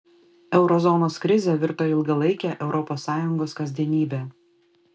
euro zonos krizė virto ilgalaike europos sąjungos kasdienybe